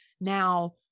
Now